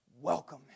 welcome